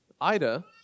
Ida